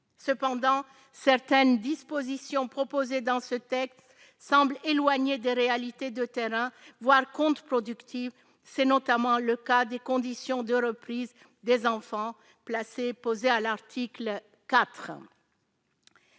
cependant certaines dispositions proposées dans ce texte semble éloignée des réalités de terrain voir compte productive, c'est notamment le cas des conditions de reprise des enfants placés posé à l'article IV.